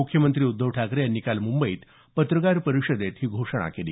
मुख्यमंत्री उद्धव ठाकरे यांनी काल मुंबईत पत्रकार परिषदेत ही घोषणा केली